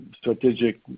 strategic